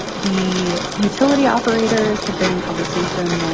the utility operators had been in conversation